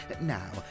Now